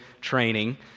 training